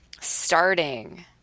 starting